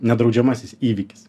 nedraudžiamasis įvykis